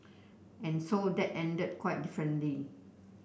and so that ended quite differently